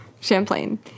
champlain